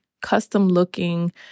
custom-looking